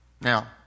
Now